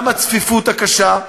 גם הצפיפות הקשה,